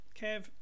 kev